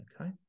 okay